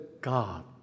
God